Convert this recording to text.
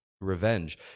Revenge